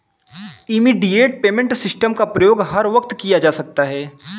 immediate payment system का प्रयोग हर वक्त किया जा सकता है